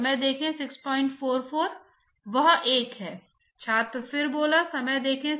तो यदि वह प्रोफ़ाइल है तो आइए हम इस स्थान को X1 कहें